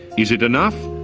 is it enough?